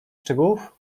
szczegółów